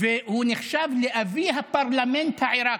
והוא נחשב לאבי הפרלמנט העיראקי.